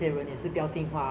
对 orh 听说过